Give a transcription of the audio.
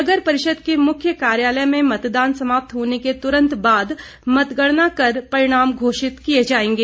नगर परिषद के मुख्य कार्यालय में मतदान समाप्त होने के तुरंत बाद मतगणना कर परिणाम घोषित की जाएंगे